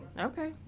Okay